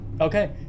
Okay